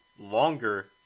longer